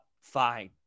fine